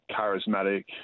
charismatic